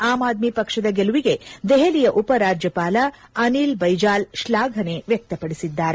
am Aadmi ಪಕ್ಷದ ಗೆಲುವಿಗೆ ದೆಹಲಿಯ ಉಪರಾಜ್ಯಪಾಲ ಅನಿಲ್ ಬೈಜಾಲ್ ಶ್ಲಾಫನೆ ವ್ಯಕ್ತಪಡಿಸಿದ್ದಾರೆ